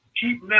Keep